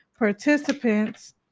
Participants